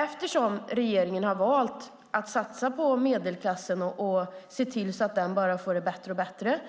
Eftersom regeringen har valt att satsa på att medelklassen får det bättre och bättre